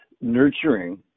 nurturing